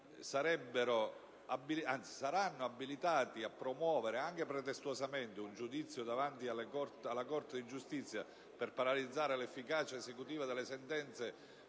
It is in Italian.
saranno abilitati a promuovere, anche pretestuosamente, un giudizio davanti alla Corte di giustizia per paralizzare l'efficacia esecutiva delle sentenze